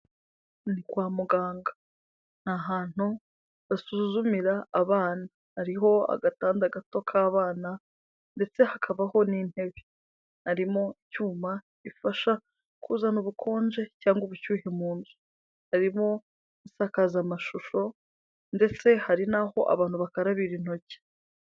Ni kwa muganga ni ahantu basuzumira abana, hariho agatanda gato k'abana ndetse hakabaho n'intebe, harimo cyuma bifasha kuzana ubukonje cyangwa ubushyuhe muzu, harimo agasakaza amashusho ndetse hari naho abantu bakarabira intoki.